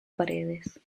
paredes